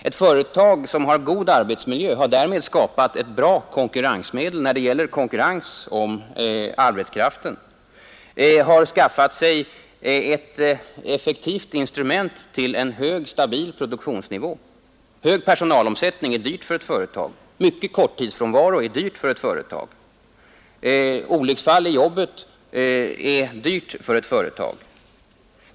Det företag som har god arbetsmiljö har därmed skapat ett bra konkurrensmedel när det gäller konkurrens om arbetskraften, har skaffat sig ett effektivt instrument till en hög, stabil produktionsnivå. Hög personalomsättning är dyr för ett företag, mycket korttidsfrånvaro är dyr för ett företag. Olycksfall i jobbet är dyrt för ett företag.